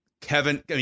Kevin